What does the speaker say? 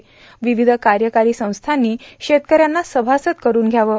र्वावध कायकारां संस्थांनी शेतकऱ्यांना सभासद करुन घ्यावं